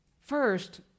First